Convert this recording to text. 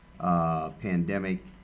pandemic